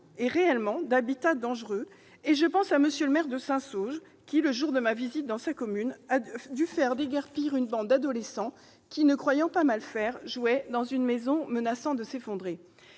réellement, d'un habitat dangereux ; je pense ainsi à M. le maire de Saint-Saulge qui, le jour de ma visite dans sa commune, a dû faire déguerpir une bande d'adolescents qui, ne croyant pas mal faire, jouait dans une maison menaçant de s'effondrer.